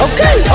Okay